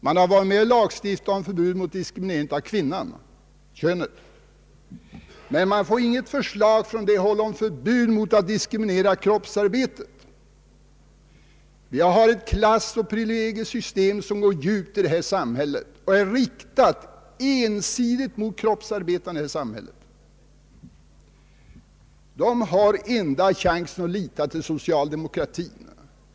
Man har varit med om att lagstifta mot diskriminering av kvinnan, men det kommer inget förslag från det hållet om förbud mot diskriminering av kroppsarbetet. Vi har ett klassoch privilegiesystem i detta samhälle som är riktat ensidigt mot kroppsarbetarna. Deras enda chans är att lita till socialdemokratin.